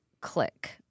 click